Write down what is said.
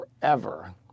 forever